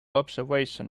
observation